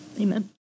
amen